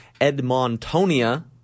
Edmontonia